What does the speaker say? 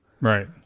Right